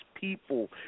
people